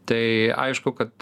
tai aišku kad